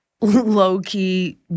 low-key